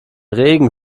regen